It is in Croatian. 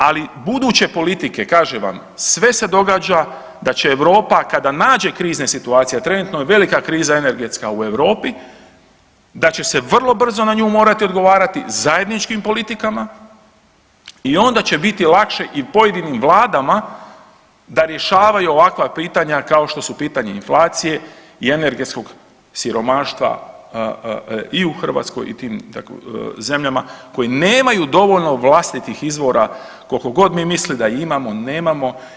Ali buduće politike kažem vam, sve se događa da će Europa kada nađe krizne situacije, jer trenutno je velika kriza energetska u Europi, da će se vrlo brzo na nju morati odgovarati zajedničkim politikama i onda će biti lakše i pojedinim vladama da rješavaju ovakva pitanja kao što su pitanje inflacije i energetskog siromaštva i u Hrvatskoj i u tim zemljama koji nemaju dovoljno vlastitih izvora koliko god mi mislili da imamo, nemamo.